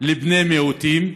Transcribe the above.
לבני מיעוטים,